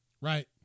Right